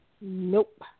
Nope